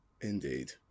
Indeed